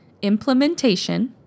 implementation